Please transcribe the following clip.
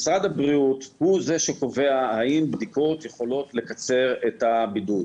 משרד הבריאות הוא זה שקובע האם בדיקות יכולות לקצר את הבידוד.